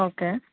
okay